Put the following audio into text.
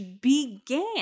began